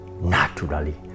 naturally